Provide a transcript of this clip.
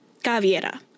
Gaviera